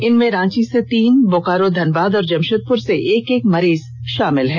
इनमें रांची से तीन बोकारो धनबाद और जमशेदपुर से एक एक मरीज शामिल हैं